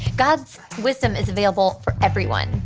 god's wisdom is available for everyone.